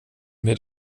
mid